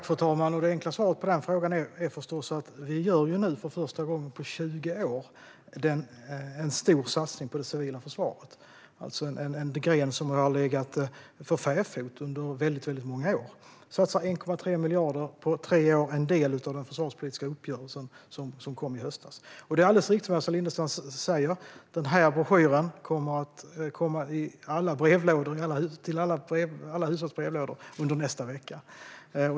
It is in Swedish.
Fru talman! Det enkla svaret på den frågan är att vi nu för första gången på 20 år gör en stor satsning på det civila försvaret. Det är en gren som har legat för fäfot under många år. Vi satsar 1,3 miljarder på tre år, och det är en del av den försvarspolitiska uppgörelsen som kom i höstas. Det är alldeles riktigt som Åsa Lindestam säger, att broschyren ska delas ut till alla hushålls brevlådor under nästa vecka.